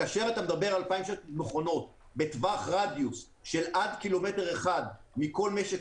כאשר אתה מדבר על 2,600 מכונות ברדיוס של עד קילומטר אחד מכל משק